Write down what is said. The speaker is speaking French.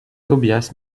tobias